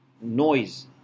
noise